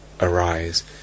arise